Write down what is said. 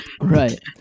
Right